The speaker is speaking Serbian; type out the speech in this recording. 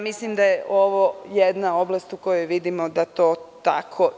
Mislim da je ovo jedna oblast u kojoj vidimo da je to tako.